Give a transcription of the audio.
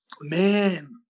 man